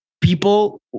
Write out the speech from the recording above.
people